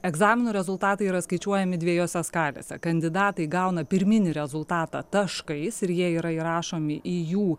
egzaminų rezultatai yra skaičiuojami dviejose skalėse kandidatai gauna pirminį rezultatą taškais ir jie yra įrašomi į jų